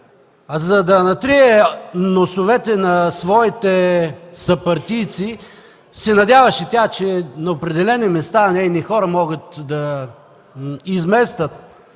за да натрие носовете на своите съпартийци, като се надяваше, че на определени места нейни хора могат да изместят